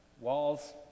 Walls